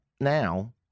now